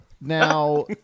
now